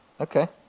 okay